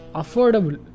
affordable